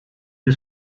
you